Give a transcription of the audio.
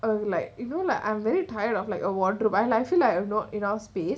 a like you know like I'm very tired of like a wardrobe I feel like I'm not enough space